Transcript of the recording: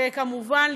וכמובן,